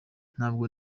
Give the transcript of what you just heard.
ntabwo